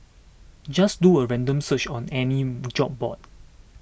just do a random search on any job board